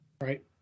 Right